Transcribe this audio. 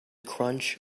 crunch